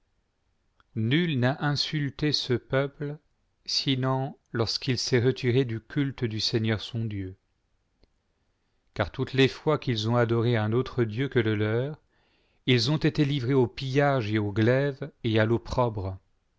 nul n'a insulté ce peuple sinon lorsqu'il s'est retiré du culte du seigneur son dieu car toutes les fois qu'ils ont adoré un autre dieu que le leur il ont été livi-és au pillage et au glaive et à l'opprobre